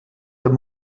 der